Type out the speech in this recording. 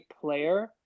player